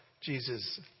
Jesus